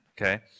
okay